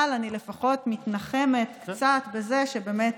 אבל אני לפחות מתנחמת בזה שבאמת